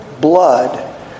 blood